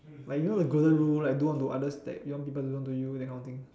like you know the golden rule like do unto others that you want people to do unto you that kind of thing